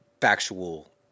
factual